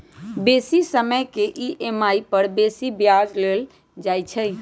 बेशी समय के ई.एम.आई पर बेशी ब्याज लेल जाइ छइ